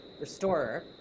restorer